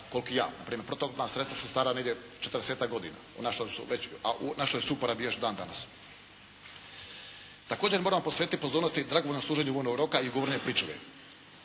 koliko i ja. Na primjer, protuoklopna sredstva su stara negdje 40-tak godina, a u našoj su uporabi još dan danas. Također moramo posvetiti pozornosti dragovoljnog služenja vojnog roka i ugovorne pričuve.